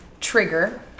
Trigger